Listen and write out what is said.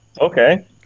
Okay